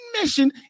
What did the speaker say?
mission